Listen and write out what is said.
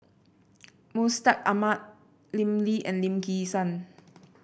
Mustaq Ahmad Lim Lee and Lim Kim San